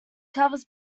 covers